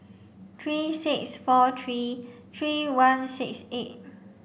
three six four three three one six eight